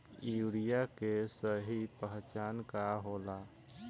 Urea के सही पहचान का होला?